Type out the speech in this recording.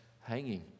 hanging